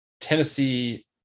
tennessee